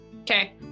Okay